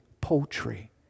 poultry